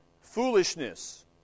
foolishness